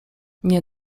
nie